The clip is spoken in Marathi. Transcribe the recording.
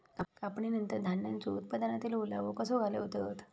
कापणीनंतर धान्यांचो उत्पादनातील ओलावो कसो घालवतत?